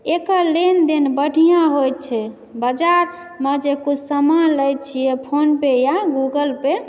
एकर लेनदेन बढ़िआँ होइ छै बाजारमे जे किछु सामान लै छियै फोनपे या गूगलपे